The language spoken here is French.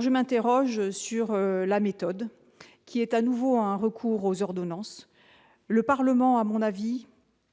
je m'interroge sur la méthode qui est à nouveau un recours aux ordonnances, le Parlement, à mon avis,